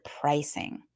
pricing